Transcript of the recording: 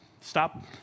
Stop